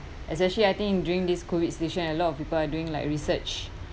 especially I think during this COVID situation a lot of people are doing like research